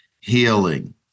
healing